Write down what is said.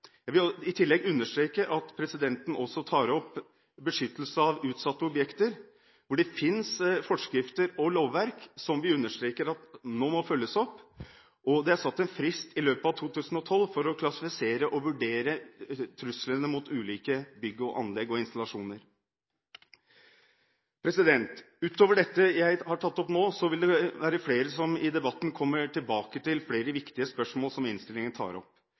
Jeg vil i tillegg understreke at vi i innstillingen også tar opp beskyttelse av utsatte objekter, hvor det fins forskrifter og lovverk som vi understreker at nå må følges opp. Det er satt en frist i løpet av 2012 for å klassifisere og vurdere truslene mot ulike bygg og anlegg og installasjoner. Utover det jeg har tatt opp nå, vil det være flere som i debatten kommer inn på andre viktige spørsmål som innstillingen tar opp.